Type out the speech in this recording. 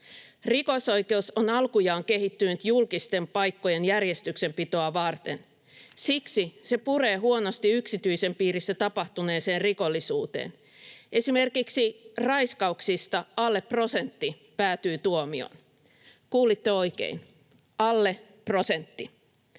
Rikosoikeus on alkujaan kehittynyt julkisten paikkojen järjestyksenpitoa varten, siksi se puree huonosti yksityisen piirissä tapahtuneeseen rikollisuuteen. Esimerkiksi raiskauksista alle prosentti päätyy tuomioon — kuulitte oikein, alle prosentti.